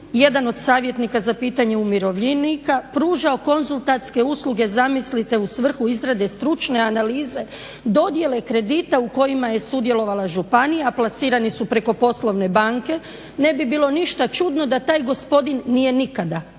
jedan od savjetnika za pitanje umirovljenika pružao konzultantske usluge zamislite u svrhu izrade stručne analize dodjele kredita u kojima je sudjelovala županija a plasirani su preko poslovne banke. Ne bi bilo ništa čudno da taj gospodin nije nikada